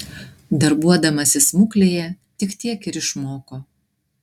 darbuodamasi smuklėje tik tiek ir išmoko